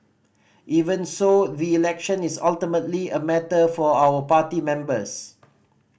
even so the election is ultimately a matter for our party members